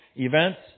Events